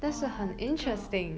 !wah! 这个